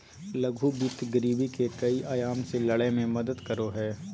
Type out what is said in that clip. लघु वित्त गरीबी के कई आयाम से लड़य में मदद करो हइ